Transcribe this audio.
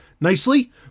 nicely